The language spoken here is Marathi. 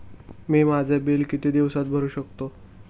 मी माझे बिल किती दिवसांत भरू शकतो?